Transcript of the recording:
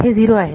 हे 0 आहे